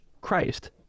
Christ